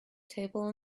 table